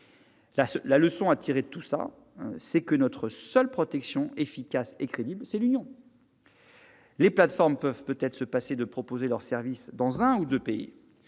La leçon à tirer de tout cela, c'est que notre seule protection efficace et crédible, c'est l'union. Les plateformes peuvent peut-être se passer de proposer leurs services dans un ou deux pays.